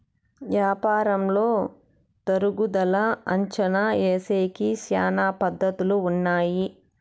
యాపారంలో తరుగుదల అంచనా ఏసేకి శ్యానా పద్ధతులు ఉన్నాయి